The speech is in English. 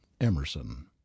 emerson